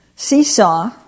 Seesaw